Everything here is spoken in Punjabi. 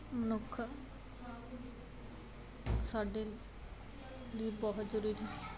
ਮਨੁੱਖ ਸਾਡੇ ਦੀ ਬਹੁਤ ਜ਼ਰੂਰੀ